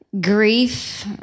grief